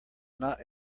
not